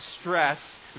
stress